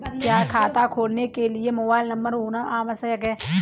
क्या खाता खोलने के लिए मोबाइल नंबर होना आवश्यक है?